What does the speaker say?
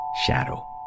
Shadow